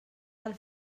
del